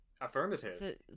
Affirmative